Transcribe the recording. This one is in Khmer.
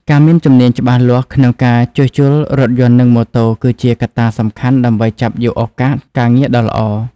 ការមានជំនាញច្បាស់លាស់ក្នុងការជួសជុលរថយន្តនិងម៉ូតូគឺជាកត្តាសំខាន់ដើម្បីចាប់យកឱកាសការងារដ៏ល្អ។